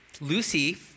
Lucy